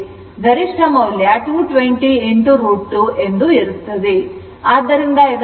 ಗರಿಷ್ಠ ಮೌಲ್ಯ 220 √2 ಇರುತ್ತದೆ